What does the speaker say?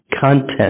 content